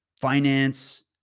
finance